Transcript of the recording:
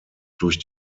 durch